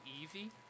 easy